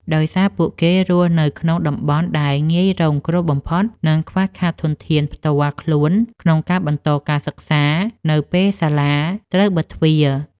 ដោយសារពួកគេរស់នៅក្នុងតំបន់ដែលងាយរងគ្រោះបំផុត និងខ្វះខាតធនធានផ្ទាល់ខ្លួនក្នុងការបន្តការសិក្សានៅពេលសាលាត្រូវបិទទ្វារ។